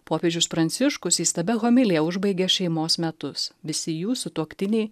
popiežius pranciškus įstabia homilija užbaigė šeimos metus visi jų sutuoktiniai